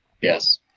Yes